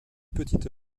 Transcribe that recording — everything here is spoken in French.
petite